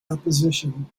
opposition